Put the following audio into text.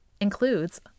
includes